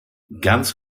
ganz